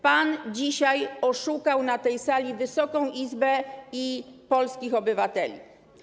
Pan dzisiaj oszukał na tej sali Wysoką Izbę i polskich obywateli.